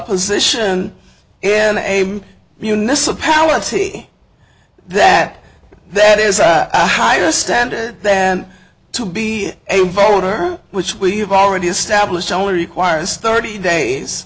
position in name municipality that that is a higher standard then to be a voter which we have already established only requires thirty days